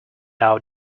out